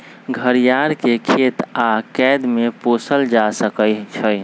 घरियार के खेत आऽ कैद में पोसल जा सकइ छइ